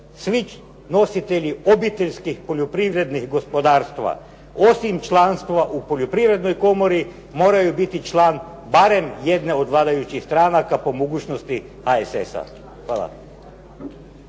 svi nositelji obiteljskih poljoprivrednih gospodarstava osim članstava u Poljoprivrednoj komori moraju biti član barem jedne od vladajućih stranaka po mogućnosti HSS-a. Hvala.